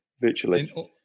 virtually